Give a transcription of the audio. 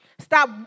Stop